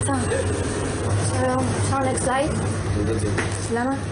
שצריכות לצאת מבית זה אבל בסופו של דבר אם